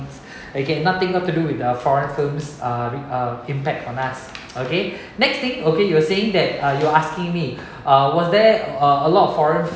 okay nothing got to do with uh foreign films uh uh impact on us okay next thing okay you were saying that uh you were asking me was there uh a lot of foreign